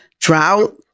drought